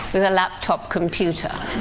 with a laptop computer.